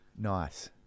Nice